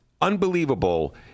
unbelievable